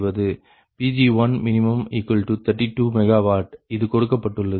Pg1min32 MW இது கொடுக்கப்பட்டுள்ளது